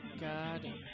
God